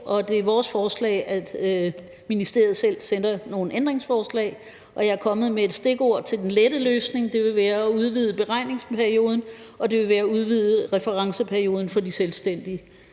det er vores forslag, at ministeriet selv sender nogle ændringsforslag. Jeg er kommet med nogle stikord til den lette løsning, og det vil være at udvide beregningsperioden, og det vil være at udvide referenceperioden for de selvstændige.